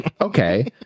Okay